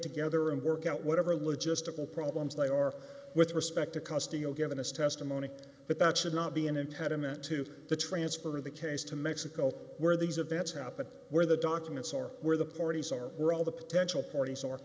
together and work out whatever logistical problems they are with respect to custody oh giving us testimony that that should not be an intent in that to the transfer of the case to mexico where these events happen where the documents or where the parties are were all the potential parties or